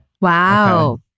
Wow